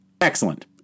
Excellent